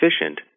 efficient